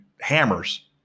hammers